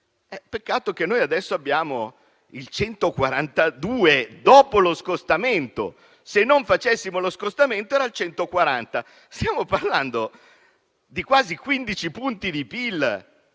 peccato che noi adesso abbiamo il 142, dopo lo scostamento. Se non facessimo lo scostamento, sarebbe al 140. Stiamo parlando di quasi 15 punti di